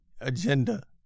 agenda